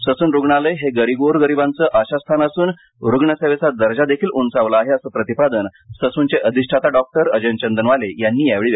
Sassoon रूग्णालय हे गोर्गरीबांचे आशास्थान असून रूग्णसेवेचा दजदिखील उंचावला आहे असं प्रतिपादन ससूनचे अधिष्ठाता डॉक्टर अजय चंदनवाले यांनी यावेळी केलं